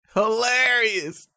hilarious